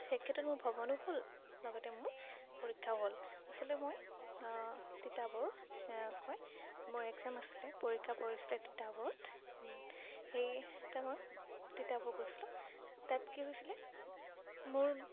সেই ক্ষেত্ৰত মোৰ ভ্ৰমণো হ'ল লগতে মোৰ পৰীক্ষাও হ'ল আচলতে মই তিতাবৰ কয় মোৰ এক্সাম আছিলে পৰীক্ষা পৰিছিলে তিতাবৰত সেই তেতিয়া মই তিতাবৰ গৈছিলোঁ তাত কি হৈছিলে মোৰ